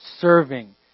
serving